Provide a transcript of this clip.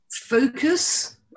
focus